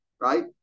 right